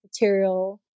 material